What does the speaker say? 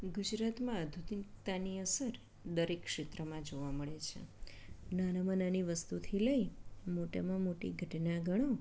ગુજરાતમાં આધુનિકતાની અસર દરેક ક્ષેત્રમાં જોવા મળે છે નાનામાં નાની વસ્તુથી લઈ મોટામાં મોટી ઘટના ગણો